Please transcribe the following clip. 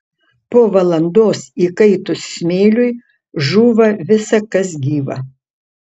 po valandos įkaitus smėliui žūva visa kas gyva